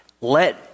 let